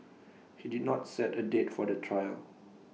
he did not set A date for the trial